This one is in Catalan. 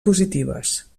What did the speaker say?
positives